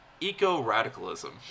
eco-radicalism